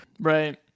Right